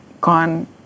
gone